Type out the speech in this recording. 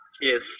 Yes